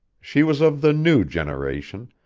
she was of the new generation,